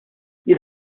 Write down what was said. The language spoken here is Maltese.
jien